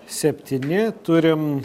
septyni turim